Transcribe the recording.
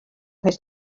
his